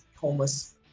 homeless